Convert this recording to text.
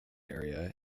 area